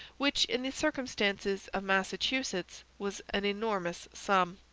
which in the circumstances of massachusetts was an enormous sum.